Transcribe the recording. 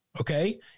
Okay